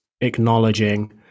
acknowledging